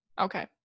Okay